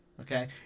Okay